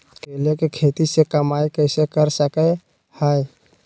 केले के खेती से कमाई कैसे कर सकय हयय?